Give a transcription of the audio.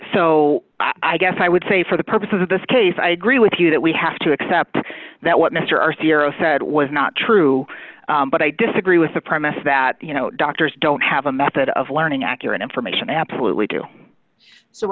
so i guess i would say for the purposes of this case i agree with you that we have to accept that what mr sierra said was not true but i disagree with the premise that you know doctors don't have a method of learning accurate information absolutely do so